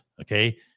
okay